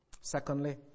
Secondly